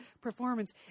performance